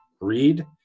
read